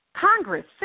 congress